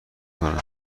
کنم